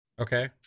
okay